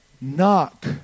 knock